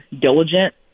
diligent